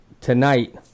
tonight